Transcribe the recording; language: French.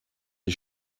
des